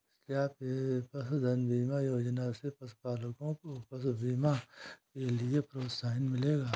क्या पशुधन बीमा योजना से पशुपालकों को पशु बीमा के लिए प्रोत्साहन मिलेगा?